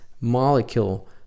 molecule